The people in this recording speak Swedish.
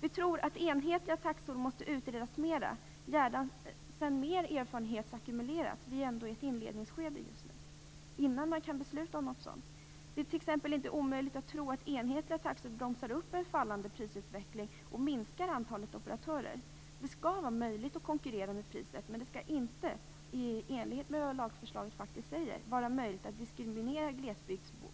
Vi tror att enhetliga taxor måste utredas mera innan man kan besluta om sådana, gärna efter det att mer erfarenhet har ackumulerats - vi befinner oss just nu i ett inledningsskede. Det är t.ex. inte omöjligt att enhetliga taxor bromsar upp en fallande prisutveckling och minskar antalet operatörer. Det skall vara möjligt att konkurrera med priset, men det skall i enlighet med lagförslaget inte vara möjligt att diskriminera glesbygdsbor.